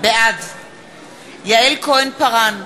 בעד יעל כהן-פארן,